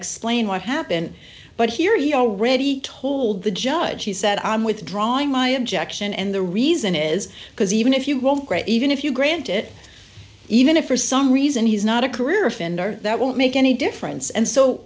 explain what happened but here you know ready told the judge he said i'm withdrawing my objection and the reason is because even if you won't break even if you grant it even if for some reason he's not a career offender that won't make any difference and so